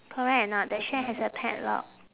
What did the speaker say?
correct or not the shack has a padlock